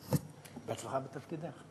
בהצלחה בתפקידך.